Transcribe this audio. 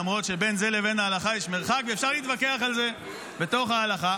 ולמרות שבין זה לבין הלכה יש מרחק ואפשר להתווכח על זה בתוך ההלכה,